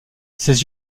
ses